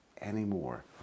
anymore